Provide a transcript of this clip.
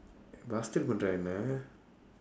bastard பண்ணூறா என்னே:pannuraa enna